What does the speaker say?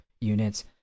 units